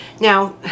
Now